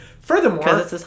furthermore